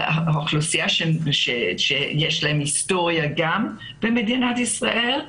מדובר על אוכלוסייה שגם לה יש היסטוריה במדינת ישראל.